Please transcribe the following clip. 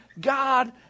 God